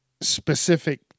specific